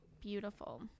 beautiful